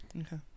Okay